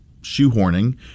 shoehorning